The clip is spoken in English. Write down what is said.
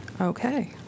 Okay